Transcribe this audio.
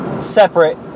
separate